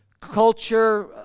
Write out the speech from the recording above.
culture